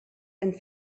and